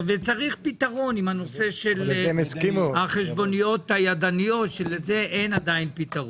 צריך פתרון בנושא החשבוניות ההידניות ולזה עדיין אין פתרון.